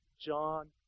John